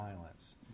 violence